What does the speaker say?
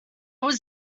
was